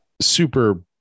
super